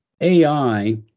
AI